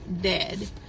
dead